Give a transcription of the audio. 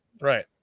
Right